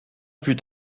plus